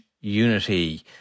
unity